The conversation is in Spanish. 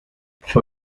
fue